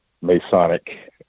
Masonic